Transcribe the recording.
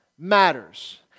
matters